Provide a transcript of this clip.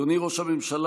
אדוני ראש הממשלה,